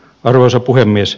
arvoisa puhemies